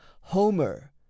Homer